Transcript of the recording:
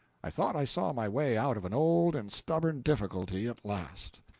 i thought i saw my way out of an old and stubborn difficulty at last.